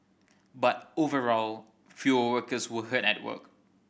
but overall fewer workers were hurt at work